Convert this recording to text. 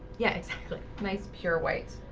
yeah, it's nice pure white